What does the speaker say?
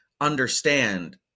understand